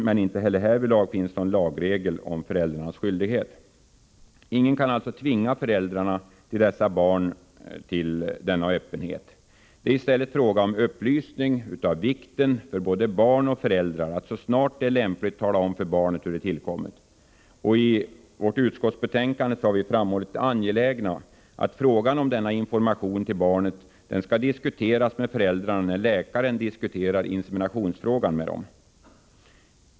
Men inte heller härvidlag finns det någon lagregel om föräldrarnas skyldighet. Ingen kan alltså tvinga föräldrarna till inseminationsbarn till denna öppenhet. Det är i stället fråga om upplysning om vikten både för barn och för föräldrar att så snart det är lämpligt tala om för barnet hur det tillkommit. I vårt betänkande har vi framhållit det angelägna i att frågan om denna information till barnet diskuteras med föräldrarna när läkaren diskuterar inseminationsfrågan med dem.